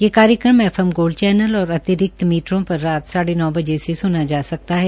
ये कार्यक्रम F M Gold channel और अतिरिक्त मीटरों पर रात साढ़े नौ बजे से सुना जा सकता है